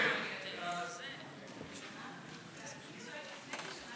ההסתייגות